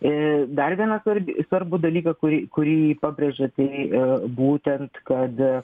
ir dar vieną svarbi svarbų dalyką kurį kurį pabrėžia tai būtent kad